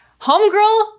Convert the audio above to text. Homegirl